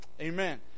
Amen